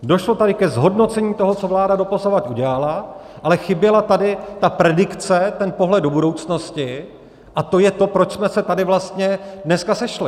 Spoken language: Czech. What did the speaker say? Došlo tady ke zhodnocení toho, co vláda doposavad udělala, ale chyběla tady ta predikce, ten pohled do budoucnosti, a to je to, proč jsme se tady vlastně dneska sešli.